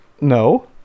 no